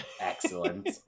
excellent